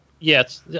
Yes